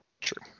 true